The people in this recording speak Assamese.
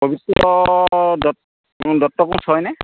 দত্ত কোঁচ হয়নে